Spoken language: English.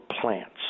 plants